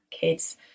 kids